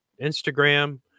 Instagram